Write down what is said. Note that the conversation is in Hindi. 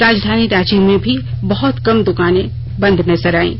राजधानी रांची में भी बहुत कम द्वकानें बंद नजर आयीं